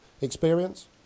experience